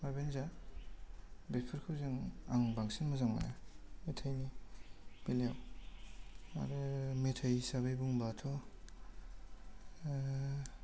माबायानो जा बेफोरखौ जों आं बांसिन मोजां मोनो मेथाइनि बेलायाव आरो मेथाइ हिसाबै बुंबाथ'